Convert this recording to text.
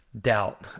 doubt